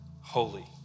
holy